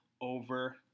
over